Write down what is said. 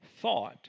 thought